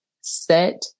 set